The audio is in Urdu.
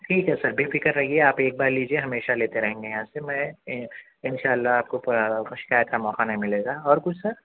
ٹھیک ہے سر بے فکر رہیے آپ ایک بار لیجیے ہمیشہ لیتے رہیں گے یہاں سے میں ان شاء اللہ آپ کو شکایت کا موقع نہیں ملے گا اورکچھ سر